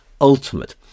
ultimate